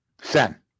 Sen